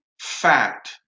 fact